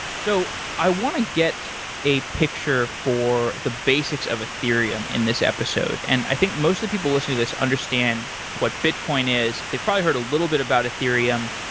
so i want to get a picture for the basics of ethereum in this episode, and i think most of the people listening to this understand what bitcoin is. they've probably heard a little bit about ethereum.